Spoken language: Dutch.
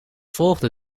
volgde